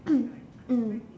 mm